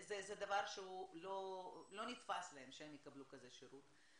זה דבר שהוא לא נתפס להם שהם יקבלו כזה שירות.